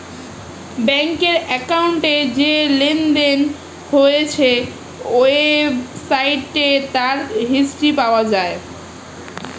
ব্যাংকের অ্যাকাউন্টে যে লেনদেন হয়েছে ওয়েবসাইটে তার হিস্ট্রি পাওয়া যায়